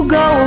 go